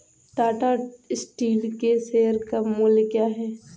Tata steel के share का मूल्य क्या है?